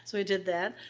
so i did that,